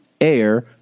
air